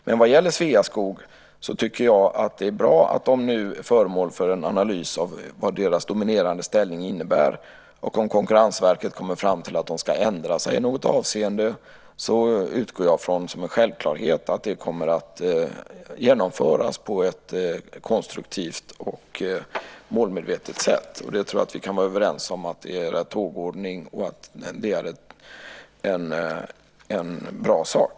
Men vad gäller Sveaskog tycker jag att det är bra att de nu är föremål för en analys av vad deras dominerande ställning innebär. Om Konkurrensverket kommer fram till att de ska ändra sig i något avseende utgår jag som en självklarhet från att det kommer att genomföras på ett konstruktivt och målmedvetet sätt. Det tror jag att vi kan vara överens om är rätt tågordning och att det är en bra sak.